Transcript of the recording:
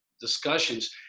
discussions